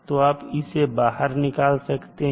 तो आप इसे बाहर निकाल सकते हैं